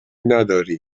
نداری